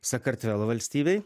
sakartvelo valstybei